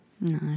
No